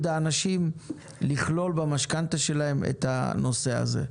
האנשים לכלול במשכנתה שלהם את הנושא הזה.